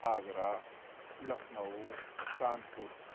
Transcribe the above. Agra Lucknow Kanpur